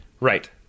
Right